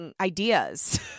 ideas